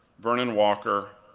vernon walker,